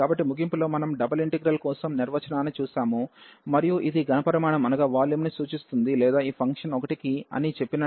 కాబట్టి ముగింపులో మనం డబుల్ ఇంటిగ్రల్ కోసం నిర్వచనాన్ని చూశాము మరియు ఇది ఘన పరిమాణంను సూచిస్తుంది లేదా ఈ ఫంక్షన్ 1 అని చెప్పినట్లయితే